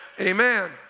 Amen